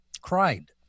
cried